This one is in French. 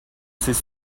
ses